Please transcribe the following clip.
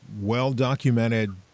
well-documented